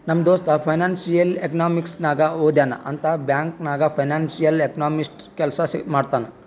ನಮ್ ದೋಸ್ತ financial economics ನಾಗೆ ಓದ್ಯಾನ್ ಅಂತ್ ಬ್ಯಾಂಕ್ ನಾಗ್ ಫೈನಾನ್ಸಿಯಲ್ ಎಕನಾಮಿಸ್ಟ್ ಕೆಲ್ಸಾ ಮಾಡ್ತಾನ್